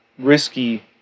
risky